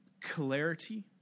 clarity